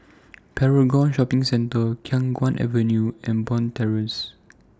Paragon Shopping Centre Khiang Guan Avenue and Bond Terrace